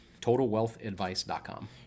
TotalWealthAdvice.com